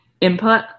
input